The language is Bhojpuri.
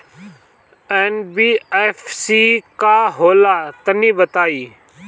एन.बी.एफ.सी का होला तनि बताई?